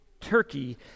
Turkey